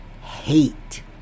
Hate